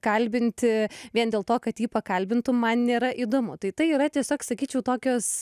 kalbinti vien dėl to kad jį pakalbintum man nėra įdomu tai tai yra tiesiog sakyčiau tokios